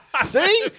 See